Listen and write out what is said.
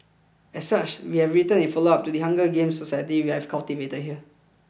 as such we are written a follow up to the Hunger Games society we have cultivated here